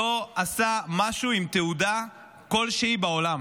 שלא עשה משהו עם תהודה כלשהי בעולם,